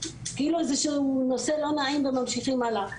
איזשהו נושא לא נעים וממשיכים הלאה,